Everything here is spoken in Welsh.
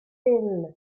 bil